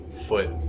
foot